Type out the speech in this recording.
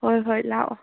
ꯍꯣꯏ ꯍꯣꯏ ꯂꯥꯛꯑꯣ